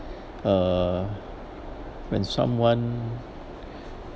uh when someone